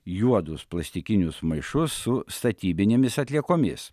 juodus plastikinius maišus su statybinėmis atliekomis